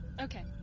Okay